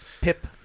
Pip